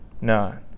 None